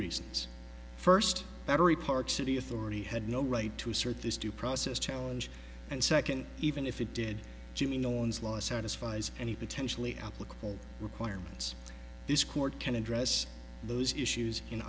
reasons first battery park city authority had no right to assert this due process challenge and second even if it did jimmy no one's law satisfies any potentially applicable requirements this court can address those issues